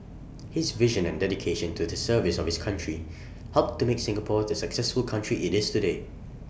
his vision and dedication to the service of his country helped to make Singapore the successful country IT is today